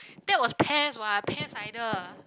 that was pears what pear cider